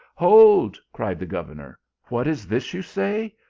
hold! cried the governor, what is this you say?